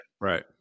right